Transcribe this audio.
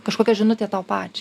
kažkokia žinutė tau pač